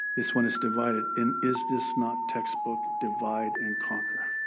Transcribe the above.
it's when it's divided, and is this not textbook, divide and conquer?